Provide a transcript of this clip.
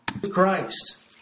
Christ